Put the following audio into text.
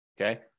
Okay